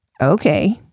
Okay